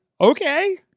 okay